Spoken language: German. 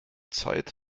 zeit